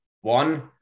One